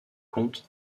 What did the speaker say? compte